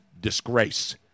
disgrace